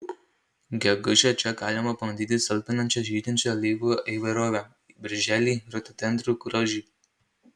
gegužę čia galima pamatyti stulbinančią žydinčių alyvų įvairovę birželį rododendrų grožį